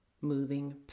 moving